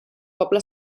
poble